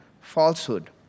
falsehood